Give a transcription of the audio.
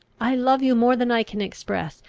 i love you more than i can express.